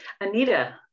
Anita